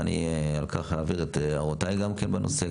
ואני על כך אעביר את הערותיי גם כן בנושא.